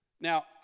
Now